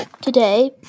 Today